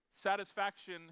satisfaction